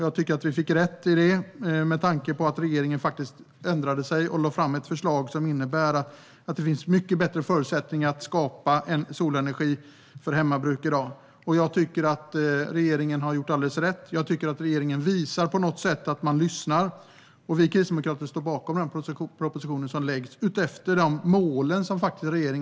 Jag tycker att vi fick rätt i det med tanke på att regeringen ändrade sig och lade fram ett förslag som innebär att det finns mycket bättre förutsättningar att skapa solenergi för hemmabruk i dag. Jag tycker att regeringen har gjort alldeles rätt och att de visar att de lyssnar. Vi kristdemokrater står bakom den proposition som läggs fram utefter de mål som regeringen talar om.